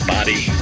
Body